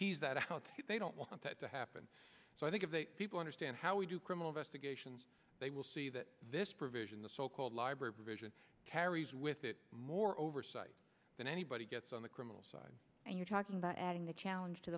tease that out they don't want that to happen so i think if they people understand how we do criminal investigations they will see that this provision the so called library provision carries with it more oversight than anybody gets on the criminal side and you're talking about adding the challenge to